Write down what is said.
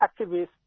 activists